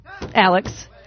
Alex